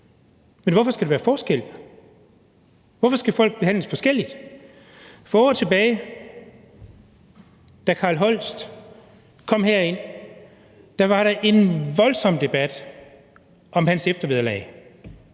Men hvorfor skal der være forskel? Hvorfor skal folk behandles forskelligt? For år tilbage, da Carl Holst kom herind, var der en voldsom debat om hans eftervederlag.